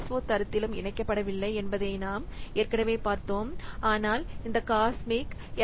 ஓதரத்திலும் இணைக்கப்படவில்லை என்பதை நாம் ஏற்கனவே பார்த்தோம் ஆனால் இந்த காஸ்மிக் எஃப்